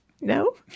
No